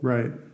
Right